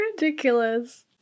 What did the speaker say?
ridiculous